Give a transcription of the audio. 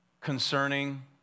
concerning